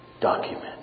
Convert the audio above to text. document